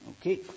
Okay